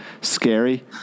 scary